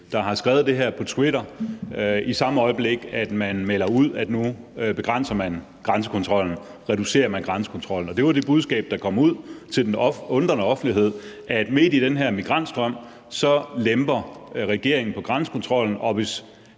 der har skrevet det her på Twitter, i samme øjeblik man melder ud, at nu reducerer man grænsekontrollen. Det var det budskab, der kom ud til den undrende offentlighed, altså at regeringen midt i den her migrantstrøm lemper på grænsekontrollen,